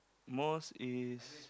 most is